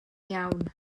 iawn